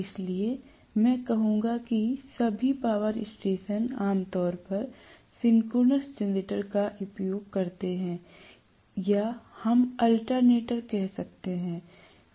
इसलिए मैं कहूंगा कि सभी पावर स्टेशन आमतौर पर सिंक्रोनस जनरेटर का उपयोग करते हैं या हम अल्टरनेटर कह सकते हैं